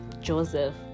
Joseph